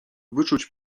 wyczuć